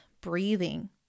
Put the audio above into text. breathing